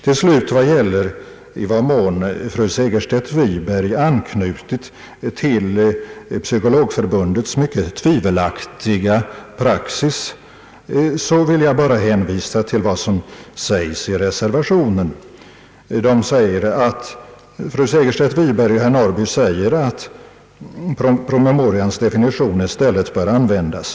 När det gäller frågan i vad mån fru Segerstedt Wiberg har anknutit till Psykologförbundets mycket tvivelaktiga praxis vill jag bara hänvisa till vad som sägs i reservationen. Fru Segerstedt Wiberg och herr Norrby säger att departementspromemorians definition i stället bör användas.